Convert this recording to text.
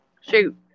Shoot